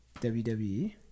WWE